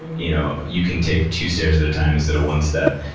you know you can take two stairs at a time instead of one step.